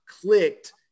clicked